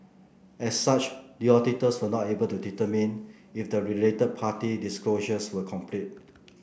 as such the auditors were not able to determine if the related party disclosures were complete